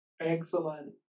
Excellent